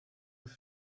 with